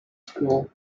school